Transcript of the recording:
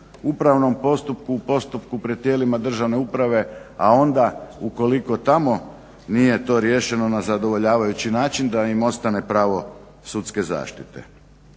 upravnom postupku, postupku pred tijelima državne uprave, a onda ukoliko tamo nije to riješeno na zadovoljavajući način da im ostane pravo sudske zaštite.